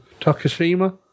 Takashima